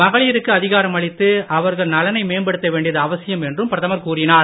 மகளீருக்கு அதிகாரம் அளித்து அவர்கள் நலனை மேம்படுத்த வேண்டியது அவசியம் என்றும் பிரதமர் கூறினார்